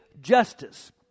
justice